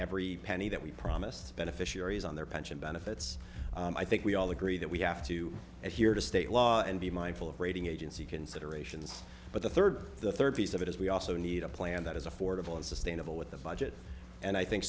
every penny that we promise to beneficiaries on their pension benefits i think we all agree that we have to adhere to state law and be mindful of rating agency considerations but the third the third piece of it is we also need a plan that is affordable and sustainable with the budget and i think